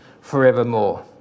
forevermore